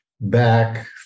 back